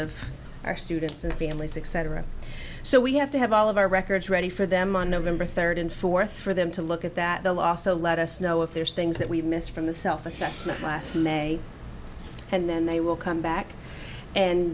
of our students and families etc so we have to have all of our records ready for them on november third and fourth for them to look at that the law so let us know if there's things that we miss from the self assessment last may and then they will come back and